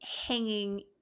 hanging